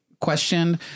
questioned